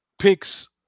picks